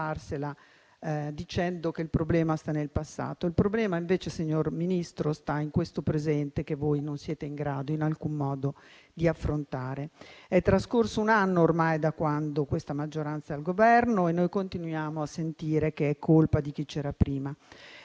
dicendo che il problema sta nel passato, mentre il problema, signor Ministro, sta in questo presente che voi non siete in grado in alcun modo di affrontare. È ormai trascorso un anno da quando questa maggioranza è al Governo e noi continuiamo a sentire che è colpa di chi c'era prima.